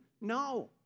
No